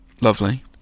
Lovely